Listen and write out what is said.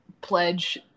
pledge